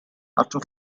after